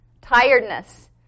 tiredness